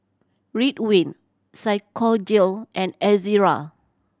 Ridwind Physiogel and Ezerra